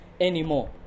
anymore